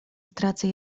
stracę